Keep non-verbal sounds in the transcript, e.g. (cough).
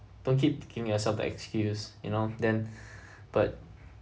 don't keep giving yourself the excuse you know then (breath) but